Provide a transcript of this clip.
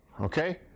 okay